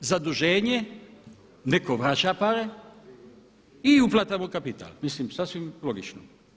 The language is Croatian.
Zaduženje neko vraća pare i uplatama u kapital, mislim sasvim logično.